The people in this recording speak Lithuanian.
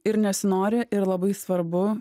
ir nesinori ir labai svarbu